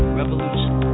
revolution